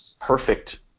perfect